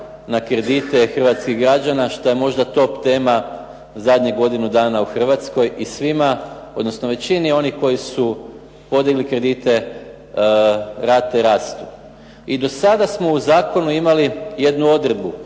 na kredite hrvatskih građana što je možda top tema zadnjih godinu dana u Hrvatskoj i svima odnosno većini onih koji su podigli kredite rate rastu. I do sada smo u zakonu imali jednu odredbu